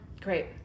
great